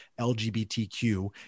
LGBTQ